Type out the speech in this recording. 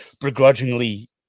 begrudgingly